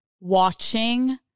watching